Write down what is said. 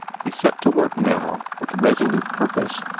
he set to work now, with resolute purpose,